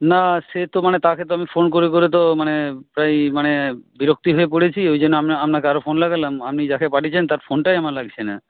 না সে তো মানে তাকে তো আমি ফোন করে করে তো মানে প্রায়ই মানে বিরক্তি হয়ে পড়েছি ওই জন্য আপ আপনাকে আরো ফোন লাগালাম আপনি যাকে পাঠিয়েছেন তার ফোনটাই আমার লাগছে না